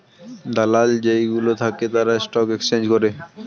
দালাল যেই গুলো থাকে তারা স্টক এক্সচেঞ্জ করে